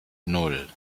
nan